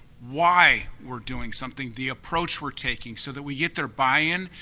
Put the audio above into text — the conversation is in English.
why we're doing something. the approach we're taking, so that we get their buy-in.